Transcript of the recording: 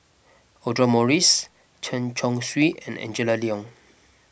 Audra Morrice Chen Chong Swee and Angela Liong